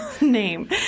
name